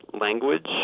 language